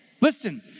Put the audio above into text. Listen